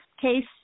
case